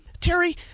Terry